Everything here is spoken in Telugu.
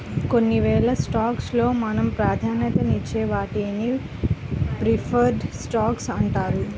కొన్ని వేల స్టాక్స్ లో మనం ప్రాధాన్యతనిచ్చే వాటిని ప్రిఫర్డ్ స్టాక్స్ అంటారు